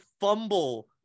fumble